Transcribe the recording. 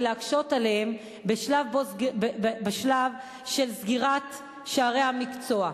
ולהקשות עליהם בשלב של סגירת שערי המקצוע.